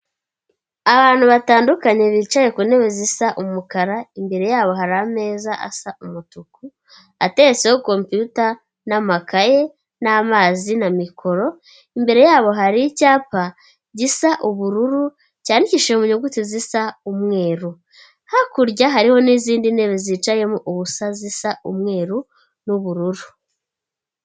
Abantu batandukanye bicaye ku ntebe zisa umukara imbere yabo hari ameza asa umutuku ateretseho compiyuta n'amakaye n'amazi na mikoro imbere yabo hari icyapa gisa ubururu cyandikishije mu nyuguti zisa umweru hakurya hariho n'izindi ntebe zicayemo ubusa zisa umweru n'ubururu.